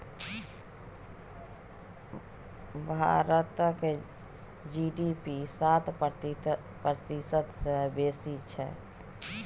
भारतक जी.डी.पी सात प्रतिशत सँ बेसी छै